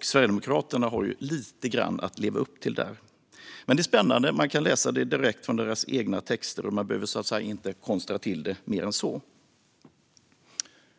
Sverigedemokraterna har lite grann att leva upp till där. Det är spännande att man kan läsa detta direkt i deras egna texter och alltså inte behöver konstra till det mer än så.